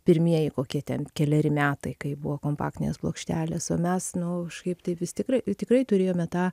pirmieji kokie ten keleri metai kai buvo kompaktinės plokštelės o mes nu žkaip tai vis tikrai tikrai turėjome tą